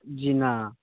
जी नहि